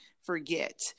forget